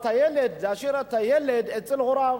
הילד היא דווקא להשאיר את הילד אצל הוריו.